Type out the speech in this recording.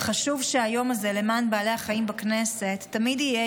וחשוב שהיום הזה למען בעלי החיים בכנסת תמיד יהיה